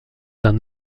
d’un